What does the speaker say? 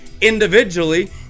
individually